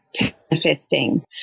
manifesting